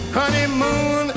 honeymoon